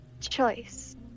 choice